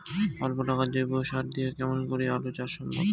অল্প টাকার জৈব সার দিয়া কেমন করি আলু চাষ সম্ভব?